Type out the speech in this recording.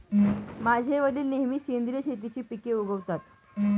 माझे वडील नेहमी सेंद्रिय शेतीची पिके उगवतात